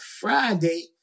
Friday